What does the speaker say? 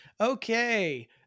Okay